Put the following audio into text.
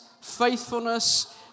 faithfulness